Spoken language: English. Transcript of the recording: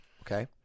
Okay